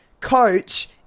Coach